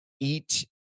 eat